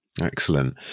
Excellent